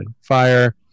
fire